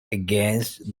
against